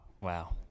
wow